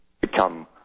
become